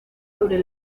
sobre